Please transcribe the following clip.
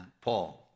Paul